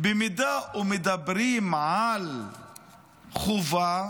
אם מדברים על חובה,